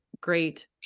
great